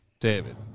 David